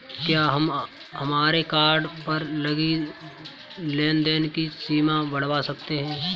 क्या हम हमारे कार्ड पर लगी लेन देन की सीमा बढ़ावा सकते हैं?